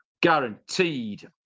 guaranteed